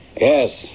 Yes